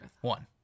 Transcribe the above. One